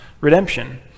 redemption